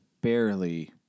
barely